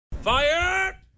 Fire